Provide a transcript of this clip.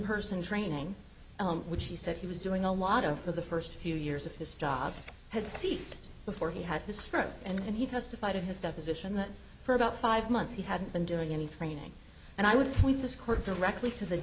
person training which he said he was doing a lot of for the first few years of his job had ceased before he had his stroke and he testified in his deposition that for about five months he hadn't been doing any training and i would point this court directly to the